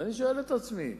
ואני שואל את עצמי,